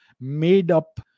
made-up